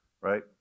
right